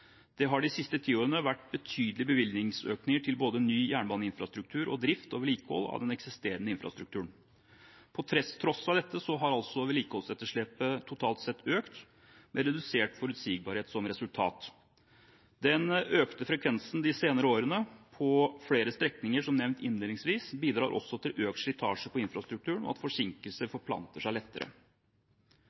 Det har de siste tiårene vært betydelige bevilgningsøkninger til både ny jernbaneinfrastruktur og drift og vedlikehold av den eksisterende infrastrukturen. På tross av dette har altså vedlikeholdsetterslepet totalt sett økt, med redusert forutsigbarhet som resultat. Den økte frekvensen de senere årene på flere strekninger, som nevnt innledningsvis, bidrar også til økt slitasje på infrastrukturen og til at forsinkelser forplanter seg lettere.